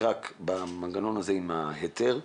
רק במנגנון עם היתר,